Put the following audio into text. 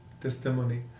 testimony